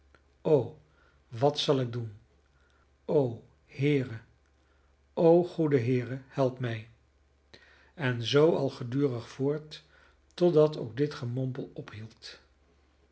o wat zal ik doen o heere o goede heere help mij en zoo al gedurig voort totdat ook dit gemompel ophield